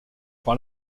par